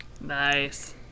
Nice